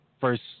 first